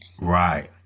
Right